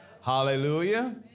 Hallelujah